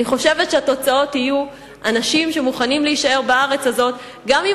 אני חושבת שהתוצאות יהיו אנשים שמוכנים להישאר בארץ הזאת גם אם